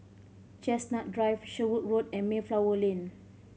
Chestnut Drive Sherwood Road and Mayflower Lane